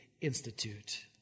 Institute